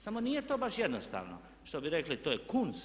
Samo nije to baš jednostavno, što bi rekli to je kunst.